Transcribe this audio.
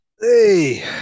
Hey